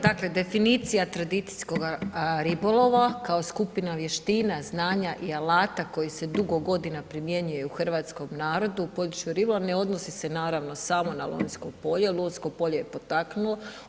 Dakle, definicija tradicijskog ribolova kao skupina vještina, znanja i alata koji se dugo godina primjenjuju u hrvatskom narodu u području ribolova, ne odnosi se naravno samo na Lonjsko polje, Lonjsko polje je potaknuo.